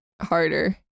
harder